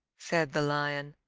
said the lion,